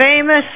famous